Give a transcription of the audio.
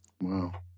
Wow